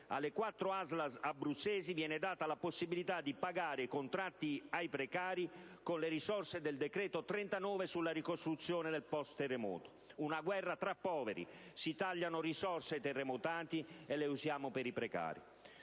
Alle quattro ASL abruzzesi viene data la possibilità di pagare i contratti ai precari con le risorse del decreto n. 39 del 2009 sulla ricostruzione del post-terremoto. Una guerra tra poveri: si tagliano le risorse ai terremotati e le usiamo per i precari.